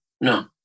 no